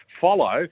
follow